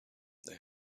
they